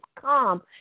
come